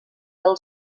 del